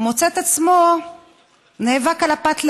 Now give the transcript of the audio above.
והוא מוצא את עצמו נאבק על פת לחם.